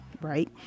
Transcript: right